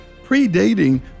predating